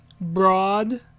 broad